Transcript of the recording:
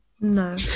no